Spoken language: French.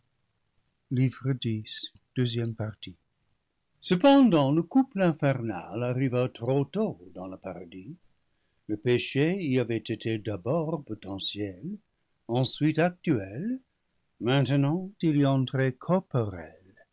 cependant le couple infernal arriva trop tôt dans le paradis le péché y avait été d'abord potentiel ensuite actuel maintenant il y entrait corporel